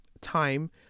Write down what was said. time